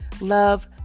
love